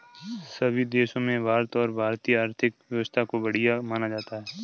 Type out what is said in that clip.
सभी देशों में भारत और भारतीय आर्थिक व्यवस्था को बढ़िया माना जाता है